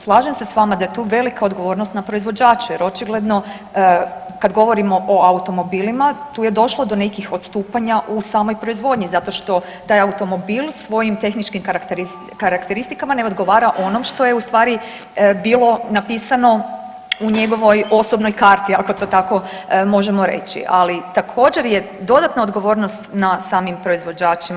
Slažem se s vama da je tu velika odgovornost na proizvođaču jer očigledno kad govorimo o automobilima tu je došlo do nekih odstupanja u samoj proizvodnji zato što taj automobil svojim tehničkim karakteristikama ne odgovara onom što je u stvari bilo napisano u njegovoj osobnoj karti, ako to tako možemo reći, ali također je dodatna odgovornost na samim proizvođačima.